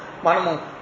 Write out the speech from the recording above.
Manamu